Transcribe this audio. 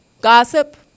Gossip